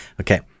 okay